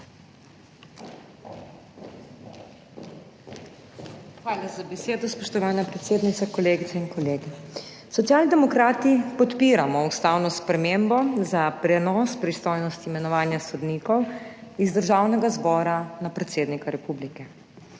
Hvala za besedo, spoštovana predsednica. Kolegice in kolegi! Socialni demokrati podpiramo ustavno spremembo za prenos pristojnosti imenovanja sodnikov z Državnega zbora na predsednika Republike.